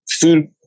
food